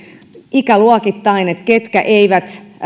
ikäluokittain ketkä eivät